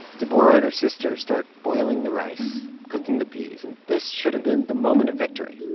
deborah and her sister start boiling the rice, cooking the peas. and this should've been the moment of victory.